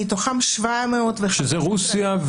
מרוסיה,